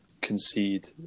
concede